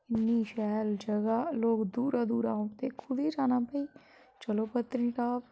इ'न्नी शैल जगह लोक दूरा दूरा औंदे कु'त्थे जाना भाई चलो पत्नीटाप